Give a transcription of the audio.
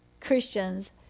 Christians